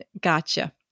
gotcha